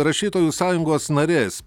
rašytojų sąjungos narės